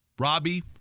robbie